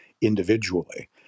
individually